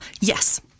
Yes